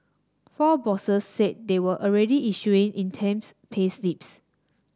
four bosses said they were already issuing itemised payslips